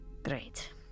Great